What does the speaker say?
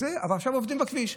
אבל עכשיו עובדים בכביש.